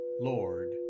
Lord